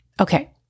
Okay